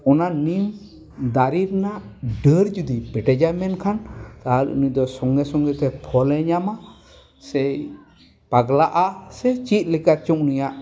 ᱚᱱᱟ ᱱᱤᱢ ᱫᱟᱨᱮ ᱨᱮᱱᱟᱜ ᱰᱟᱹᱨ ᱡᱩᱫᱤ ᱯᱮᱴᱮᱡᱟᱭ ᱢᱮᱱᱠᱷᱟᱱ ᱛᱟᱦᱚᱞᱮ ᱩᱱᱤ ᱫᱚ ᱥᱚᱸᱜᱮ ᱥᱚᱸᱜᱮ ᱛᱮ ᱯᱷᱚᱞᱮ ᱧᱟᱢᱟ ᱥᱮ ᱯᱟᱜᱽᱞᱟᱜᱼᱟ ᱥᱮ ᱪᱮᱫ ᱞᱮᱠᱟ ᱪᱚᱝ ᱩᱱᱤᱭᱟᱜ